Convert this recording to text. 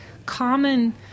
Common